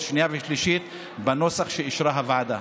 השנייה והשלישית בנוסח שאישרה הוועדה.